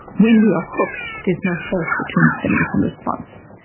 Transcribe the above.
when we are hooked, there's no space between stimulus and response.